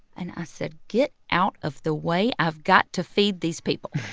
and i said, get out of the way. i've got to feed these people